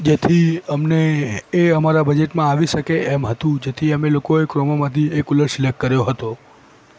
જેથી અમને એ અમારા બજેટમાં આવી શકે એમ હતું જેથી અમે લોકોએ ક્રોમામાંથી એ કૂલર સિલેકટ કર્યો હતો